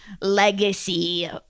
Legacy